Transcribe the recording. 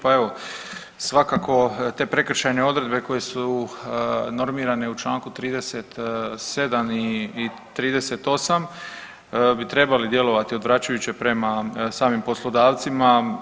Pa evo, svakako te prekršajne odredbe koje su normirane u čl. 37. i 38. bi trebale djelovati odvraćujuće prema samim poslodavcima.